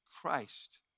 Christ